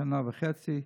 שנה וחצי.